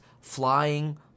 flying